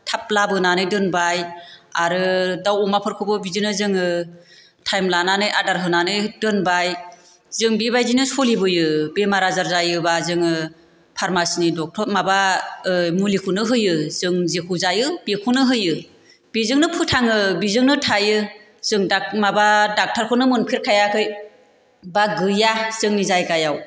थाब लाबोनानै दोनबाय आरो दाउ अमाफोरखौबो बिदिनो जोङो टाइम लानानै आदार होनानै दोनबाय जों बेबायदिनो सलिबोयो बेमार आजार जायोबा जोङो फारमासिनि डक्टर माबा मुलिखौनो होयो जों जेखौ जायो बेखौनो होयो बेजोंनो फोथाङो बेजोंनो थायो जों माबा डाक्टारखौनो मोनफेरखायाखै बा गैया जोंनि जायगायाव